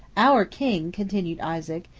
our king, continued isaac,